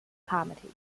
committee